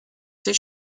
ces